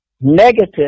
negative